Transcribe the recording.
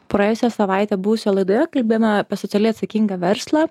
praėjusią savaitę buvusioje laidoje kalbėjome apie socialiai atsakingą verslą